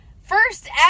first